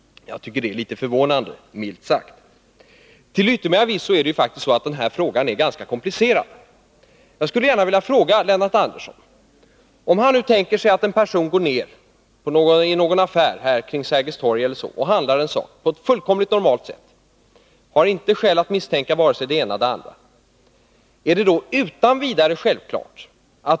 Jag tycker detta är litet förvånande, milt sagt. Till yttermera visso är det så att denna fråga faktiskt är ganska komplicerad. Jag skulle gärna vilja ställa en fråga till Lennart Andersson. Låt oss tänka oss att en person går till en affär vid Sergels torg och handlar en sak. Detta sker på ett fullkomligt normalt sätt, och personen har inte anledning att misstänka vare sig det ena eller det andra.